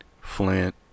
Flint